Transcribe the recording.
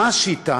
מה השיטה?